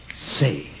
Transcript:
Say